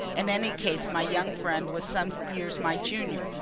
in any case my young friend was some years my junior.